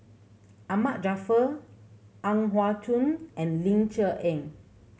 Ahmad Jaafar Ang Yau Choon and Ling Cher Eng